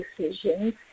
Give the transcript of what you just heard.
decisions